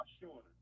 shorter